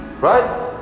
Right